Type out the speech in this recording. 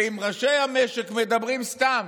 ואם ראשי המשק מדברים סתם,